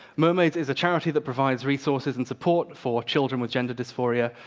mermaids is a charity that provides resources and support for children with gender dysphoria,